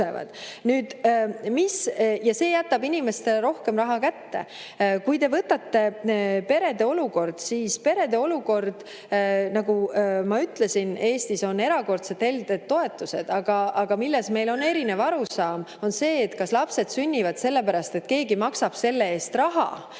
tõusevad, ja see jätab inimestele rohkem raha kätte. Kui te võtate perede olukorra, siis perede olukord … Nagu ma ütlesin, Eestis on erakordselt helded toetused, aga milles meil on erinev arusaam, on see, kas lapsed sünnivad sellepärast, et keegi maksab selle eest raha.